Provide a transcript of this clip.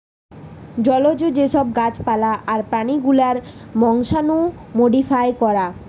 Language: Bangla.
জলজ যে সব গাছ পালা আর প্রাণী গুলার বংশাণু মোডিফাই করা